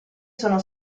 sono